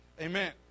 amen